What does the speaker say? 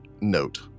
note